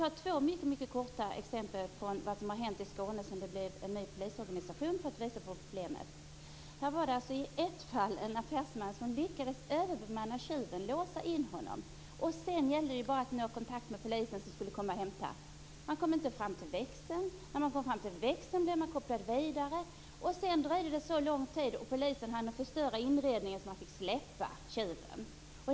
För att visa på problemet skall jag helt kort ta två exempel på vad som har hänt i Skåne sedan det blev en ny polisorganisation. I det ena fallet var det en affärsman som lyckades övermanna en tjuv. Han lyckades låsa in tjuven. Sedan gällde det ju bara att få kontakt med polisen som skulle komma och hämta tjuven. Först gick det inte att komma fram till växeln. När man kom fram till växeln blev man vidarekopplad. Det dröjde så lång tid för polisen att inredningen hann förstöras och tjuven måste släppas.